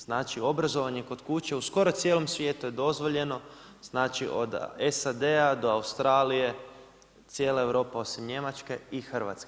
Znači, obrazovanje kod kuće u skoro cijelom svijetu je dozvoljeno znači od SAD-a do Australije, cijela Europa osim Njemačke i Hrvatske.